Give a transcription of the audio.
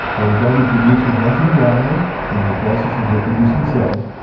our body produces once in a while in the process of reproducing cells,